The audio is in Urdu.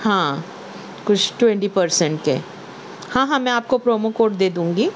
ہاں کچھ ٹونٹی پرسینٹ کے ہاں ہاں میں آپ کو پرومو کوڈ دے دوں گی